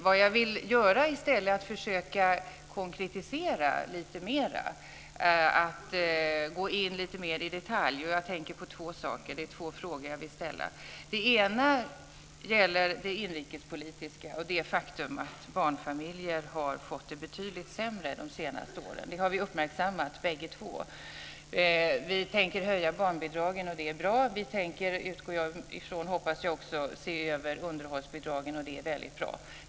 Vad jag i stället vill göra är att försöka konkretisera lite mer, gå in lite mer i detalj. Jag tänker på två saker. Det är två frågor jag vill ställa. Det ena gäller inrikespolitiken och det faktum att barnfamiljer har fått det betydligt sämre de senaste åren. Det har vi uppmärksammat bägge två. Vi tänker höja barnbidragen och det är bra. Vi tänker - det utgår jag från och det hoppas jag också - se över underhållsbidragen, och det är väldigt bra.